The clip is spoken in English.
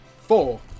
Four